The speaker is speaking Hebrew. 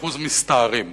ו-20% מסתערים.